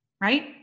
right